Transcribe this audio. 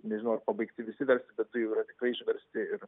nežinau ar pabaigti visi versti bet tai jau tikrai yra išversti ir